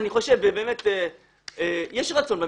יש רצון במשטרה.